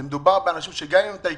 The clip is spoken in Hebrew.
מדובר באנשים שגם אם הם טייקונים,